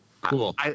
Cool